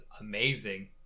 amazing